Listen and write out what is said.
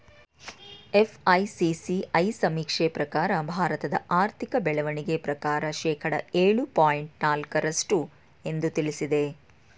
FICCI ಸಮೀಕ್ಷೆ ಪ್ರಕಾರ ಭಾರತದ ಆರ್ಥಿಕ ಬೆಳವಣಿಗೆ ಪ್ರಕಾರ ಶೇಕಡ ಏಳು ಪಾಯಿಂಟ್ ನಾಲಕ್ಕು ರಷ್ಟು ಎಂದು ತಿಳಿಸಿದೆ